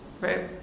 right